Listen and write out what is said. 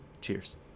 cheers